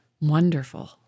wonderful